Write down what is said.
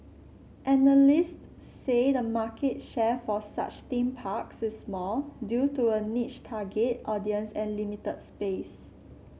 analysts say the market share for such theme parks is small due to a niche target audience and limited space